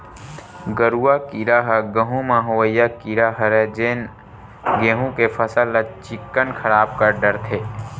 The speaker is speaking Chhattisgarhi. गरुआ कीरा ह गहूँ म होवइया कीरा हरय जेन गेहू के फसल ल चिक्कन खराब कर डरथे